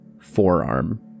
forearm